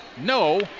No